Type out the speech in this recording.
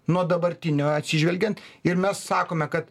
nuo dabartinio atsižvelgiant ir mes sakome kad